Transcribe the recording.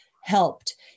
helped